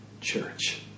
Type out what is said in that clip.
church